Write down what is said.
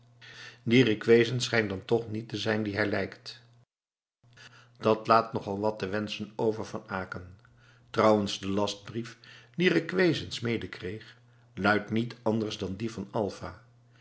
die requesens schijnt dan toch niet te zijn die hij lijkt dat laat nog al wat te wenschen over van aecken trouwens de lastbrief dien requesens mede kreeg luidt niet anders dan die van alva